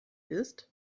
ist